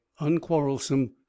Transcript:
unquarrelsome